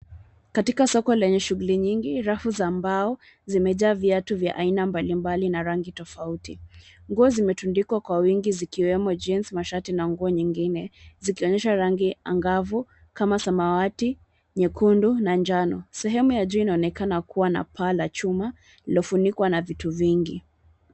Katika soko lenye shughuli nyingi, rafu za mbao zimejaa viatu vya aina mbalimbali na rangi tofauti. Nguo zimetundikwa kwa wingi zikiwemo jeans, mashati na nguo nyingine, zikionyesha rangi angavu kama samawati, nyekundu na njano. Sehemu ya juu inaonekana kuwa na paa la chuma lililofunikwa na vitu vingi.